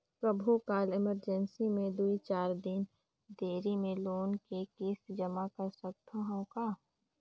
कभू काल इमरजेंसी मे दुई चार दिन देरी मे लोन के किस्त जमा कर सकत हवं का?